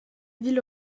ville